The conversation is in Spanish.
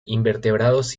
invertebrados